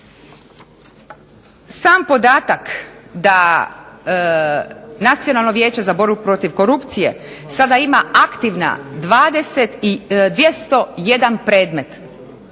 Sam podatak da Nacionalno vijeće za borbu protiv korupcije sada ima aktivna 201 predmet.